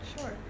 Sure